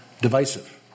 divisive